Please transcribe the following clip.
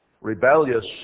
rebellious